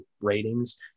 ratings